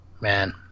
Man